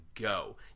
go